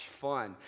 fun